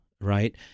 right